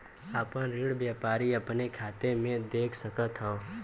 आपन ऋण व्यापारी अपने खाते मे देख सकत हौ